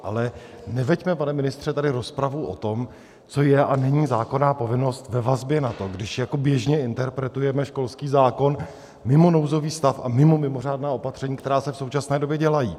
Ale neveďme tady, pane ministře, rozpravu o tom, co je a není zákonná povinnost, ve vazbě na to, když jako běžně interpretujeme školský zákon mimo nouzový stav a mimo mimořádná opatření, která se v současné době dělají.